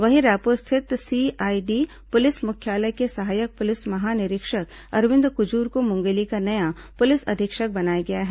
वहीं रायपुर स्थित CID police मुख्यालय के सहायक पुलिस महानिरीक्षक अरविंद कुजूर को मुंगेली का नया पुलिस अधीक्षक बनाया गया है